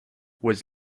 was